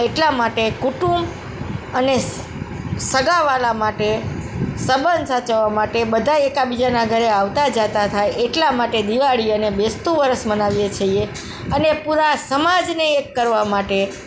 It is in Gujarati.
એટલા માટે કુટુંબ અને સ સગાવ્હાલાં માટે સંબંધ સાચવવા માટે બધા એકબીજાના ઘરે આવતા જતા થાય એટલા માટે દિવાળી અને બેસતું વર્ષ મનાવીએ છીએ અને પૂરા સમાજને એક કરવા માટે